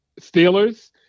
Steelers